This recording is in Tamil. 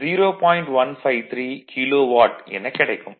153 கிலோவாட் எனக் கிடைக்கும்